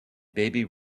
baby